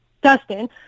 Dustin